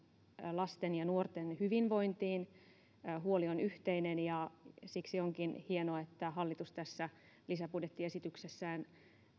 lasten ja nuorten hyvinvointiin huoli on yhteinen ja siksi onkin hienoa että hallitus tässä lisäbudjettiesityksessään